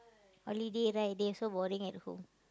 holiday right they also boring at home